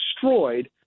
destroyed